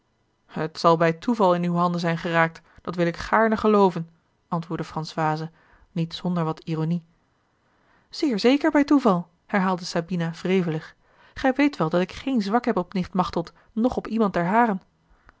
het zal bij toeval in uwe handen zijn geraakt dat wil ik gaarne gelooven antwoordde françoise niet zonder wat ironie zeer zeker bij toeval herhaalde sabina wrevelig gij weet wel dat ik geen zwak heb op nicht machteld noch op iemand der haren